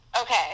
Okay